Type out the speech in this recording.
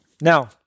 Now